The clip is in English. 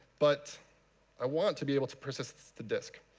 but i want to be able to process the disk.